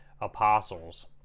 apostles